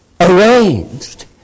arranged